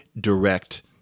direct